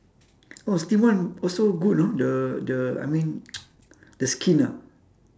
oh steam one also good you know the the I mean the skin ah